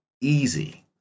easy